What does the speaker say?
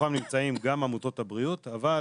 בתוכם נמצאים גם עמותות הבריאות, אבל